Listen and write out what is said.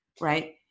right